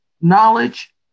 knowledge